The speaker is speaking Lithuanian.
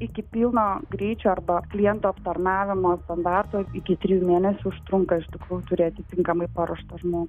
iki pilno greičio arba klientų aptarnavimo standarto iki trijų mėnesių užtrunka iš tikrųjų turėti tinkamai paruoštą žmogų